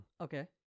Okay